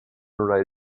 write